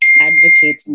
advocating